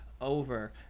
over